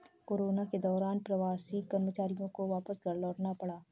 corona के दौरान प्रवासी कर्मचारियों को वापस घर लौटना पड़ा